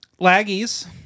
Laggies